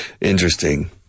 Interesting